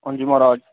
अंजी म्हाराज